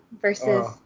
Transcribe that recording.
versus